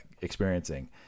experiencing